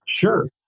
Sure